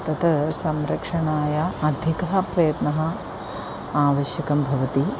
तत् संरक्षणाय अधिकः प्रयत्नः आवश्यकः भवति